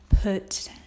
put